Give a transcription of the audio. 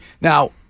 Now